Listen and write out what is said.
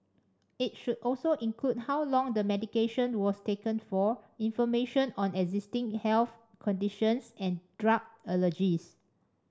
it should also include how long the medication was taken for information on existing health conditions and drug allergies